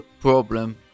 problem